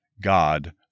God